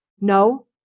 No